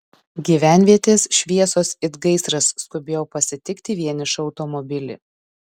gyvenvietės šviesos it gaisras skubėjo pasitikti vienišą automobilį